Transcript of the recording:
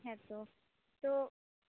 ᱦᱮᱸᱛᱚ ᱛᱳ